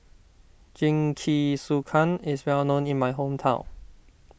Jingisukan is well known in my hometown